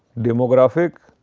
demographic,